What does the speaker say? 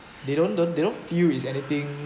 they don't don't they don't feel is anything